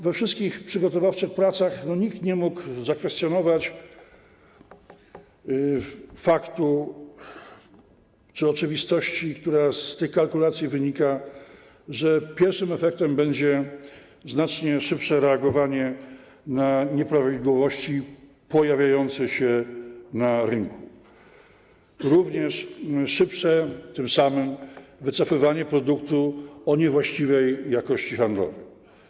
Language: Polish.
We wszystkich przygotowawczych pracach nikt nie mógł zakwestionować faktu czy oczywistości, która z tych kalkulacji wynika: że pierwszym efektem będzie znacznie szybsze reagowanie na nieprawidłowości pojawiające się na rynku i tym samym szybsze wycofywanie produktu o niewłaściwej jakości handlowej.